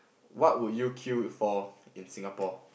what would you queue for in Singapore